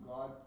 God